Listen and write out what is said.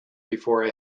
before